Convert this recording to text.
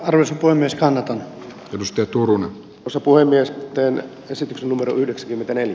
ars voi myöskään tunnustettu rungon osat voi myös toimia esitysnumero yhdeksänkymmentäneljä